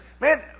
man